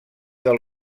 del